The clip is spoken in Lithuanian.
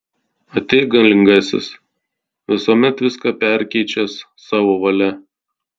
ateik galingasis visuomet viską perkeičiąs savo valia